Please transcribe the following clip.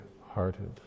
hearted